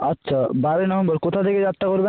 আচ্ছা বারোই নভেম্বর কোথা থেকে যাত্রা করবেন